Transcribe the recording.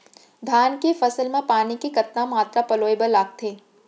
धान के फसल म पानी के कतना मात्रा पलोय बर लागथे?